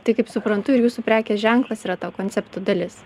tai kaip suprantu ir jūsų prekės ženklas yra to koncepto dalis